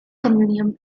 communion